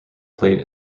played